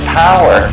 power